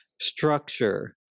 structure